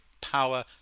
power